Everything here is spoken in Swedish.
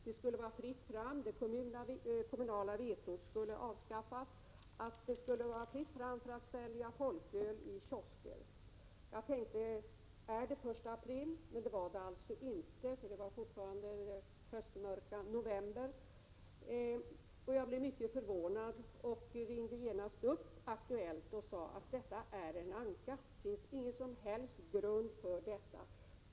Det skulle vara fritt fram — det kommunala vetot skulle nämligen avskaffas — att sälja folköl i kiosker. Jag tänkte: Är det den 1 april? Det var det alltså inte. Det var ju fortfarande höstmörka november. Jag blev, som sagt, mycket förvånad och ringde genast upp Aktuellt och sade: Detta är en anka. Det finns ingen som helst grund för detta.